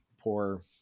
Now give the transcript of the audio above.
poor